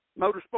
Motorsports